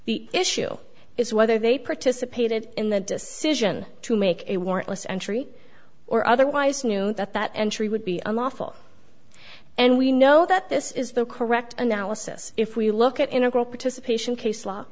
the issue is whether they participated in the decision to make a warrantless entry or otherwise knew that that entry would be unlawful and we know that this is the correct analysis if we look at integral participation case law